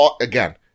Again